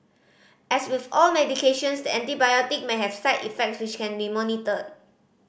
as with all medications the antibiotic may have side effects which can be monitored